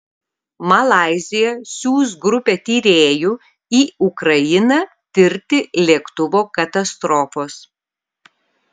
malaizija siųs grupę tyrėjų į ukrainą tirti lėktuvo katastrofos